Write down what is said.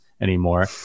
anymore